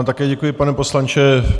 Také vám děkuji, pane poslanče.